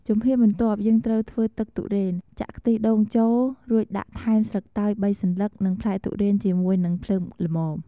ជំហានបន្ទាប់យើងត្រូវធ្វើទឹកទុរេន ចាក់ខ្ទិះដូងចូល រួចដាក់ថែមស្លឹកតើយ៣សន្លឹក និងផ្លែទុរេន ជាមួយនឹងភ្លើងល្មម។